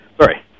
Sorry